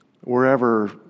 wherever